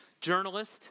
journalist